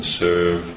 serve